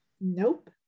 Nope